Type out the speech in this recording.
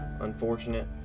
unfortunate